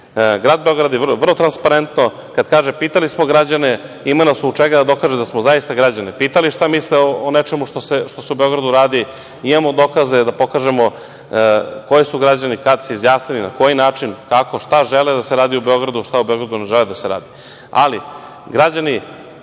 grad Beograd je vrlo transparentan. Kad kaže pitali smo građane, ima na osnovu čega da dokaže da smo građane zaista pitali šta misle o nečemu što se u Beogradu radi, imamo dokaze da pokažemo koji su se građani i kada izjasnili, na koji način, kako, šta žele da se radi u Beogradu, a šta ne žele da se radi. Ali,